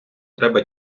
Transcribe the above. треба